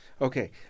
Okay